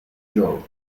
york